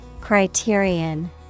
Criterion